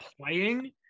playing